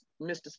Mr